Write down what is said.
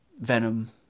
Venom